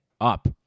up